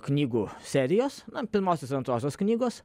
knygų serijos na pirmosios antrosios knygos